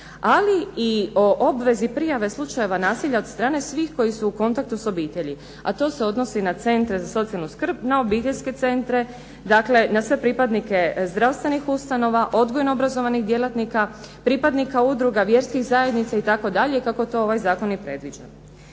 ali i o obvezi prijave slučajeva nasilja od strane svih koji su u kontaktu s obitelji a to se odnosi na centre za socijalnu skrb, na obiteljske centre, dakle na sve pripadnike zdravstvenih ustanova, odgojno-obrazovnih djelatnika, pripadnika udruga, vjerskih zajednica itd. i kako to ovaj zakon i predviđa.